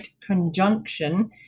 conjunction